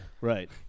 Right